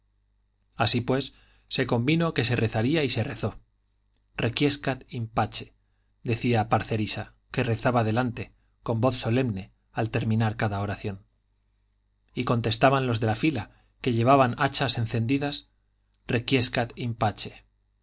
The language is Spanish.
así pues se convino que se rezaría y se rezó requiescat in pace decía parcerisa que rezaba delante con voz solemne al terminar cada oración y contestaban los de la fila que llevaban hachas encendidas requiescat